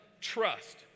trust